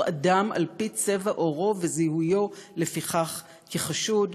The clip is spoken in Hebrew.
אדם על-פי צבע עורו וזיהויו לפיכך כחשוד.